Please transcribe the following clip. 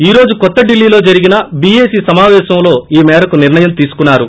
ఈ రోజు కొత్త ఢిల్లీలో జరిగిన చీఏసీ సమాపేశంలో ఈ మేరకు నిర్ణయం తీసుకున్నారు